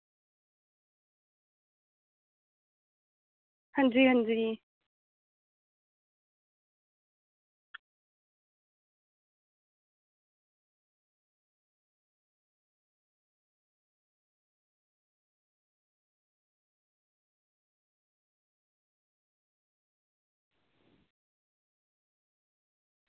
अंजी अंजी